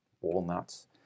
walnuts